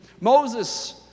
Moses